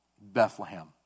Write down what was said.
Bethlehem